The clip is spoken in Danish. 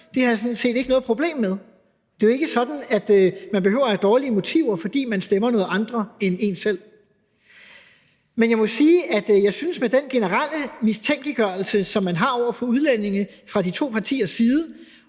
Det har jeg sådan set ikke noget problem med. Det er jo ikke sådan, at fordi nogle stemmer noget andet, end man selv gør, behøver de at have dårlige motiver. Men jeg må sige, at jeg synes, at med den generelle mistænkeliggørelse, som man har over for udlændinge fra de to partiers side,